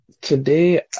Today